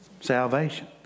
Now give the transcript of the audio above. Salvation